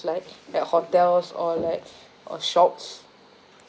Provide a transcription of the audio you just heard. like at hotels or like of shops